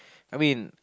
I mean